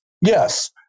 Yes